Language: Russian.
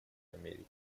америки